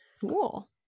Cool